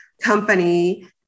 company